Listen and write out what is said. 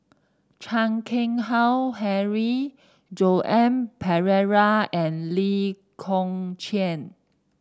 Chan Keng Howe Harry Joan Pereira and Lee Kong Chian